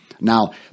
Now